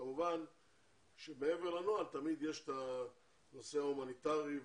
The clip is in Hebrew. כמובן שמעבר לנוהל תמיד יש את הנושא ההומניטרי,